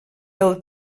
del